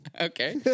Okay